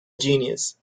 genius